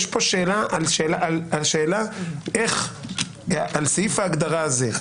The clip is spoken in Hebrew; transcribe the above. יש פה שאלה על סעיף ההגדרה הזה,